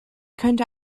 könnte